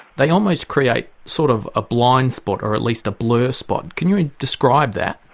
they almost create sort of a blind spot or at least a blurred spot. can you describe that?